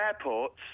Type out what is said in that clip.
airports